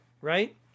Right